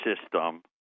system